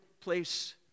place